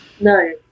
No